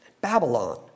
Babylon